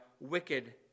wicked